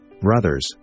brothers